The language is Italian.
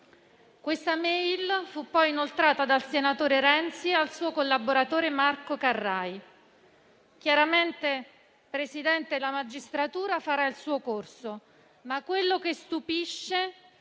Questa *e-mail* fu poi inoltrata dal senatore Renzi al suo collaboratore Marco Carrai. Signora Presidente, chiaramente la magistratura farà il suo corso, ma quello che stupisce